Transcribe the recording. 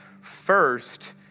first